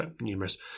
numerous